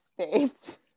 space